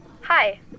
Hi